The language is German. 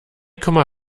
komma